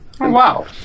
Wow